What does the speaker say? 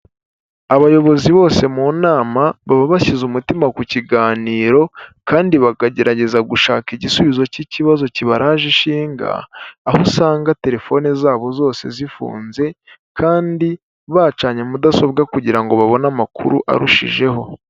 Abayobozi bose mu nama baba bashyize umutima ku kiganiro, kandi bakagerageza gushaka igisubizo cy'ikibazo kibaraje ishinga, aho usanga telefone zabo zose zifunze, kandi bacanye mudasobwa kugira ngo babone amakuru arushijeho.